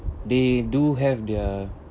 they do have their